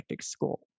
school